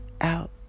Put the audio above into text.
out